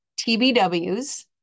TBWs